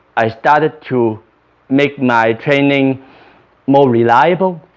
i started to make my training more reliable